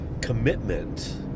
commitment